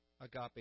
agape